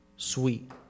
Sweet